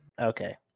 Okay